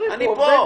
אני פה.